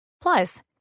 Plus